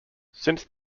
since